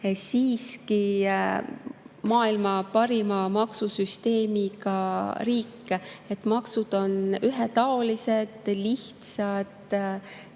siiski maailma parima maksusüsteemiga riik. Maksud on ühetaolised, lihtsad,